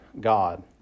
God